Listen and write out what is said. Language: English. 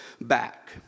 back